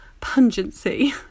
pungency